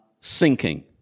sinking